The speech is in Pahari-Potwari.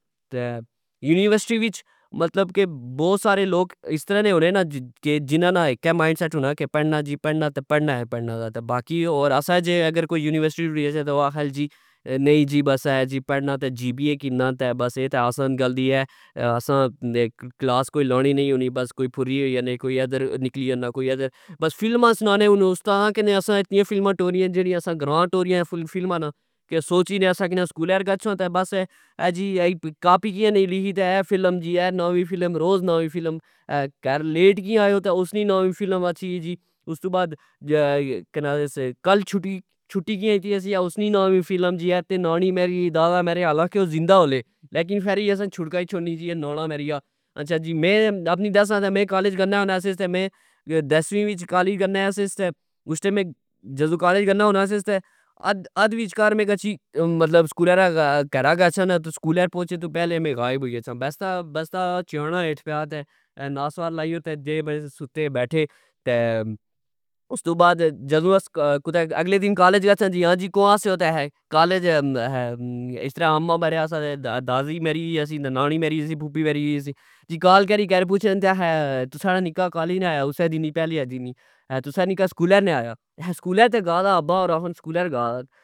تہ یونیورسٹی وچ بوت سارے لوگ اس طرع نے ہونے نا کہ, جنا نا اکہ مائنڈ سیٹ ہونا کہ پڑنا جی پڑنا ,اہہ تہ پڑنا تہ دا باقی ہور اسا جے یونیورسٹی ٹری گچھہ جی او آکھہ جی نئی جی بس پڑنا تہ جی پی اے کنا تہ اے بس آسا گل دی ا, ہہ اسا کلاس کوئی لانی نی ہونی بس کوئی پھری ہوئی جانے کوئی نکلی جانا کوئی ایدر بس فلما سنانے استادا کی اسا اتنیا فلما ٹوریا جیڑیا اسا گرا ٹوریا فلما کہ سوچی نے سکنا سکولہ در گچھسا تہ بس اہہ کاپی کیا نے لکھی تہ بس اہہ فلم جی اہہ نوی فلم روز نوی فلم کر لیٹ کیا آئے .او تہ اس نی نوی فلم اچھی گئی جی استو بعد کیڑا ناس کل چھٹی کیا کیتی اہہ اسنی ناوی فلم کہ نانی میرا دادا میڑا خالہ کہ او ذندا ہونے لیکن خیری اساں چھڑکائی شوڑنی جی نانا مری گیا اچھا جی میں آپنی دسا نا کہ میں کالج گنا ہونا سی ,تہ میں دسویں وچ کالج گنا یا سی تہ اس ٹئم میں جدو کالج گنا ہونا سی میں اد وچ کر گچھی مطلب سکولہ رہ کر ہ گچھا نا سکولہ پوچھنے تو پہلے میں غائب ہوئی گچھا بستا چوانا ہٹھ پیا تہ ناسوار لائی جیوے بائی تہ ستے اے بیٹھے تہ اس تو بعد اگلے دن کالج گچھا جی ہا جی کتھہ سے ,او تہ اسرہ اما مریا سی دادی مری سی نانی مری گئی سی پھپھی مری گی سی کال کری کر پچھن تہ احے تسا نا نکا کالج نی آیا اس آکھیا تسا نا نکا سکولہ نی آیا ,سکولہ تہ گا سا ابا ار آکھن سکولہ گا دا